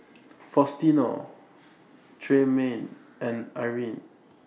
Faustino Tremayne and Irine